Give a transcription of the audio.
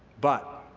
but